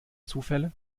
zufälle